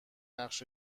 نقش